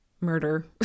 murder